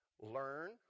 learn